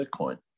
Bitcoin